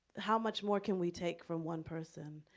how much more can we take from one person?